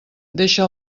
deixa